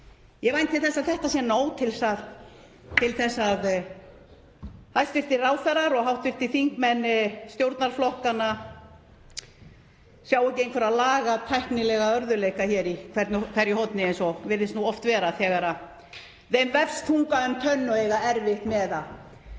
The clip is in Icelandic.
Ég vænti þess að þetta sé nóg til þess að hæstv. ráðherrar og hv. þingmenn stjórnarflokkanna sjái ekki einhverja lagatæknilega örðugleika í hverju horni eins og virðist oft vera þegar þeim vefst tunga um tönn og eiga erfitt með að